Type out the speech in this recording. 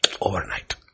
Overnight